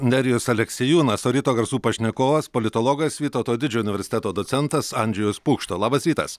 nerijus aleksiejūnas o ryto garsų pašnekovas politologas vytauto didžiojo universiteto docentas andžejus pukšta labas rytas